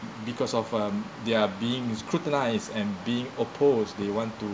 because of um they're being scrutinized and being opposed they want to